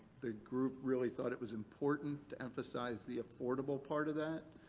the group really thought it was important to emphasize the affordable part of that,